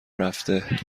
رفته